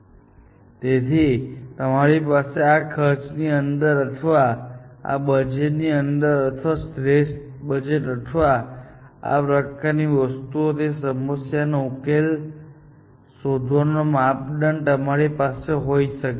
બહાર ખાવા માટે પણ થોડી કિંમત હશે અને તમારી પાસે આ ખર્ચની અંદર અથવા આ બજેટની અંદર અથવા શ્રેષ્ઠ બજેટમાં અથવા આ પ્રકારની વસ્તુઓમાં તે સમસ્યાનો ઉકેલ શોધવાનો માપદંડ તમારી પાસે હોઈ શકે છે